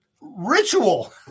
Ritual